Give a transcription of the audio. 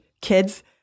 kids